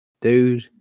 Dude